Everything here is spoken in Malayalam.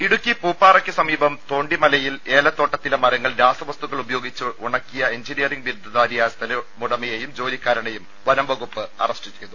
ഒരു ഇടുക്കി പൂപ്പാറയ്ക്ക് സമീപം തോണ്ടിമലയിൽ ഏലത്തോട്ടത്തിലെ മരങ്ങൾ രാസവസ്തുക്കൾ ഉപയോഗിച്ച് ഉണക്കിയ എൻജിനീയറിംഗ് ബിരുദധാരിയായ സ്ഥലമുടമയെയും ജോലിക്കാരനെയും വനംവകുപ്പ് അറസ്റ്റ് ചെയ്തു